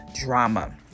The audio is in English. Drama